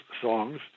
songs